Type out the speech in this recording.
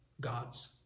God's